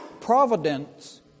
providence